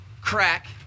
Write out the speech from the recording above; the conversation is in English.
crack